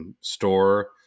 store